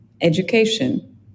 education